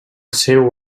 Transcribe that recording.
seu